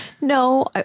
No